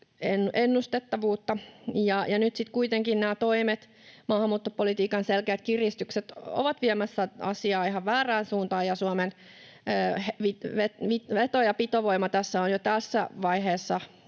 ennustettavuutta. Nyt kuitenkin nämä toimet, maahanmuuttopolitiikan selkeät kiristykset, ovat viemässä asiaa ihan väärään suuntaan, ja Suomen veto- ja pitovoima on jo tässä vaiheessa